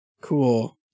cool